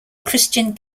christian